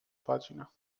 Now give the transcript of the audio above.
pagina